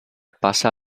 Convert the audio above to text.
pasa